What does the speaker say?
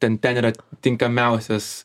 ten ten yra tinkamiausias